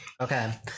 Okay